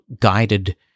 guided